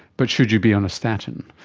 but should you be on a statin?